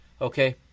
okay